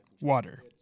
water